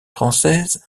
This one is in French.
françaises